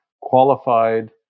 qualified